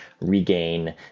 regain